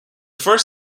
first